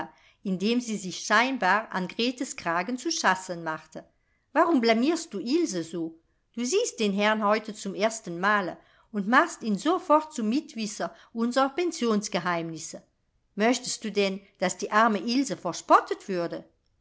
indem sie sich scheinbar an gretes kragen zu schassen machte warum blamierst du ilse so du siehst den herrn heute zum ersten male und machst ihn sofort zum mitwisser unsrer pensionsgeheimnisse möchtest du denn daß die arme ilse verspottet würde